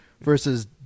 versus